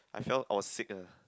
I fell I was sick ah